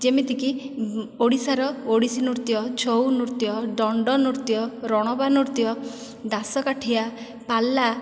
ଯେମିତିକି ଓଡ଼ିଶାର ଓଡ଼ିଶୀ ନୃତ୍ୟ ଛଉ ନୃତ୍ୟ ଡଣ୍ଡ ନୃତ୍ୟ ରଣପା ନୃତ୍ୟ ଦାସକାଠିଆ ପାଲା